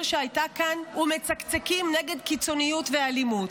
שהייתה כאן ומצקצקים נגד קיצוניות ואלימות.